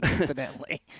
incidentally